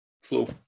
flow